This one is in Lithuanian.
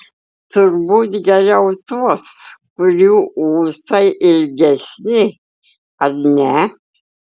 turbūt geriau tuos kurių ūsai ilgesni ar ne